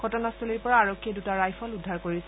ঘটনাস্থলীৰ পৰা আৰক্ষীয়ে দুটা ৰাইফল উদ্ধাৰ কৰিছে